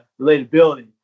relatability